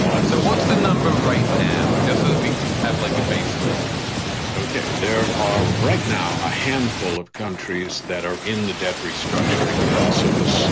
but so what's the number right now? just so we have like a baseline here ok. there are right now a handful of countries that are in the debt restructuring process.